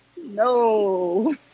No